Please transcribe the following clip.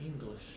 English